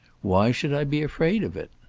why should i be afraid of it?